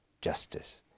justice